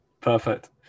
perfect